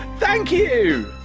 thank you.